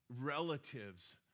relatives